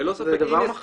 ללא ספק.